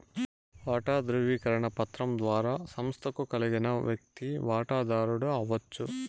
వాటా దృవీకరణ పత్రం ద్వారా సంస్తకు కలిగిన వ్యక్తి వాటదారుడు అవచ్చు